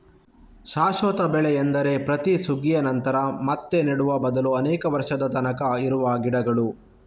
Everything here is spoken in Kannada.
ಶಾಶ್ವತ ಬೆಳೆ ಎಂದರೆ ಪ್ರತಿ ಸುಗ್ಗಿಯ ನಂತರ ಮತ್ತೆ ನೆಡುವ ಬದಲು ಅನೇಕ ವರ್ಷದ ತನಕ ಇರುವ ಗಿಡಗಳು